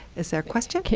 is there a question?